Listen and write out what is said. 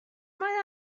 mae